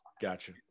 Gotcha